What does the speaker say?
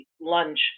lunch